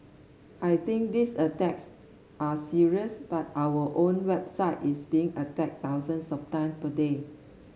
I think these attacks are serious but our own website is being attacked thousands of time per day